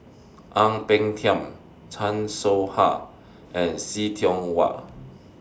Ang Peng Tiam Chan Soh Ha and See Tiong Wah